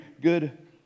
good